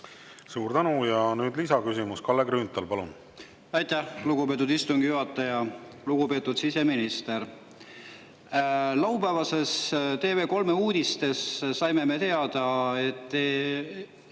Suur tänu! Ja nüüd lisaküsimus. Kalle Grünthal, palun! Aitäh, lugupeetud istungi juhataja! Lugupeetud siseminister! Laupäevastest TV3 uudistest saime teada, et